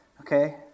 Okay